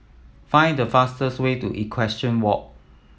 find the fastest way to Equestrian Walk